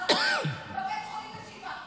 גם אמרת שיש ריח של זרחן בבית חולים שיפא.